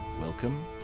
Welcome